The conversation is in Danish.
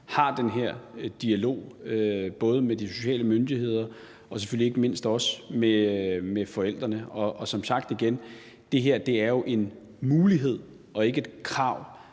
har den her dialog både med de sociale myndigheder og selvfølgelig ikke mindst med forældrene. Og som sagt igen: Det er jo en mulighed og ikke et krav,